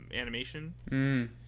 animation